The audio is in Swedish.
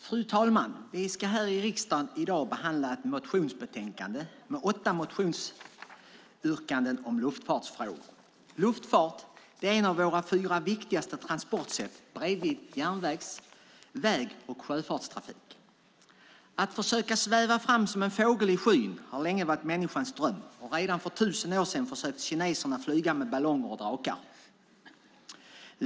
Fru talman! Vi ska i dag här i riksdagen behandla ett motionsbetänkande med åtta motionsyrkanden om luftfartsfrågor. Luftfart är ett av våra fyra viktigaste transportsätt bredvid järnvägs-, väg och sjöfartstrafik. Att försöka sväva fram som en fågel i skyn har länge varit människans dröm. Redan för tusen år sedan försökte kineserna flyga med ballonger och drakar.